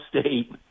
State